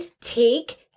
take